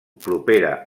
propera